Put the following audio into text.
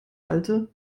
alte